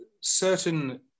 certain